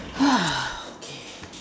K